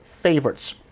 favorites